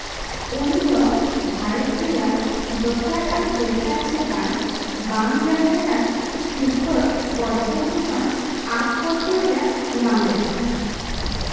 ᱩᱱᱤ ᱫᱚ ᱵᱷᱟᱨᱚᱛ ᱨᱮᱭᱟᱜ ᱫᱚᱥᱟᱨ ᱟᱨ ᱛᱮᱥᱟᱨ ᱪᱮᱛᱟᱱ ᱵᱟᱝ ᱞᱟᱹᱲᱦᱟᱹᱭᱟᱱ ᱥᱤᱨᱯᱟᱹ ᱯᱚᱫᱽᱫᱚᱵᱷᱩᱥᱚᱱ ᱟᱨᱴ ᱯᱚᱫᱽᱫᱚ ᱨᱮᱭᱟᱜ ᱧᱟᱢ ᱞᱮᱫᱟᱭ